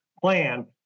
plan